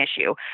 issue